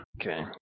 Okay